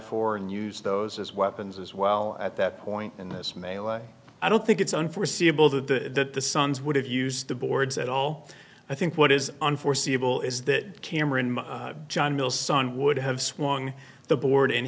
four and use those as weapons as well at that point in this melee i don't think it's unforeseeable that the sons would have used the boards at all i think what is unforeseeable is that cameron john mills son would have swung the board and